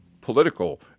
political